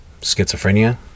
schizophrenia